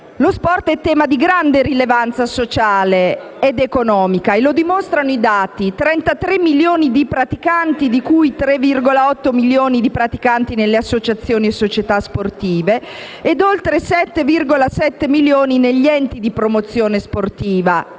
Lo sport è tema di grande rilevanza sociale ed economica e lo dimostrano i dati: 33 milioni di praticanti di cui 3,8 milioni nelle associazioni e società sportive e oltre 7,7 milioni negli enti di promozione sportiva,